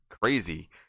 crazy